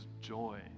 joy